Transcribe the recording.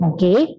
Okay